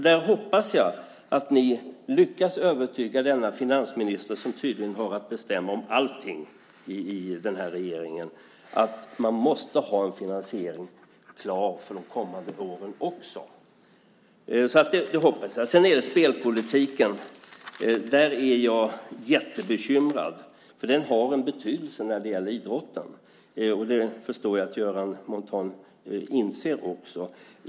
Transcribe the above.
Jag hoppas att ni lyckas övertyga denna finansminister, som tydligen har att bestämma om allting i den här regeringen, om att man måste ha en finansiering klar för de kommande åren också. Det hoppas jag. Sedan är det spelpolitiken. Där är jag jättebekymrad, för den har en betydelse när det gäller idrotten. Jag förstår att Göran Montan också inser det.